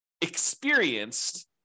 experienced